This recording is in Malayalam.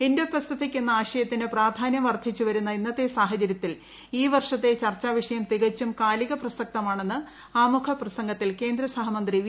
ഇന്തോ പസഫിക് എന്ന ആശയത്തിന് പ്രാധാന്യം വർദ്ധിച്ചുവരുന്ന ഇന്നത്തെ സാഹചര്യത്തിൽ ഈ വർഷത്തെ ചർച്ചാ വിഷയം തികച്ചും കാലിക പ്രസക്തമാണെന്ന് ആമുഖപ്രസംഗത്തിൽ കേന്ദ്രസഹമന്ത്രി വി